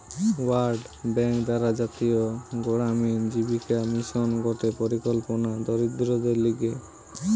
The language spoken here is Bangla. ওয়ার্ল্ড ব্যাঙ্ক দ্বারা জাতীয় গড়ামিন জীবিকা মিশন গটে পরিকল্পনা দরিদ্রদের লিগে